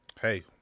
Hey